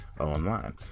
online